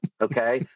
Okay